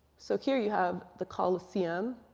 so here you have the colosseum.